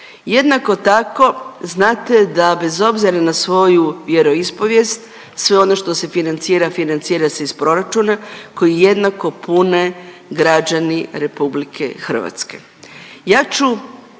Jednako tako znate da bez obzira na svoju vjeroispovijest sve ono što se financira financira se iz proračuna koji jednako pune građani RH. Ja ću navesti